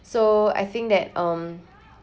so I think that um